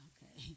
Okay